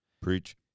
Preach